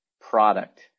product